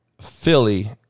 Philly